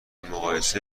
مقایسه